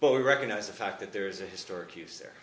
but we recognise the fact that there is a historic use